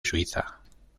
suiza